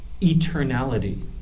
eternality